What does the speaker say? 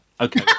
Okay